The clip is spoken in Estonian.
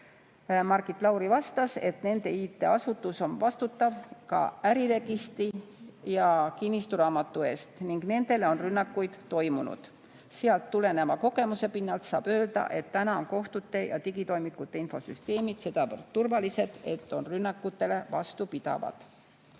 Margit Lauri vastas, et nende IT‑asutus on vastutav ka äriregistri ja kinnistusraamatu eest ning nende vastu on rünnakuid toimunud. Sealt tuleneva kogemuse pinnalt saab öelda, et täna on kohtute ja digitoimiku infosüsteemid sedavõrd turvalised, et on rünnakutele vastupidavad.